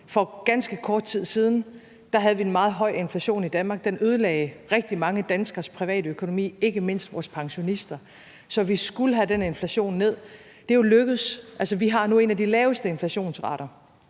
kort tid siden havde vi en meget høj inflation i Danmark. Den ødelagde rigtig mange danskeres privatøkonomi, ikke mindst vores pensionisters, så vi skulle have den inflation ned. Det er jo lykkedes. Vi har nu en af de laveste inflationsrater,